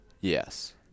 Yes